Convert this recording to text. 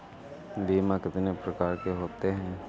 बीमा कितनी प्रकार के होते हैं?